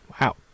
Wow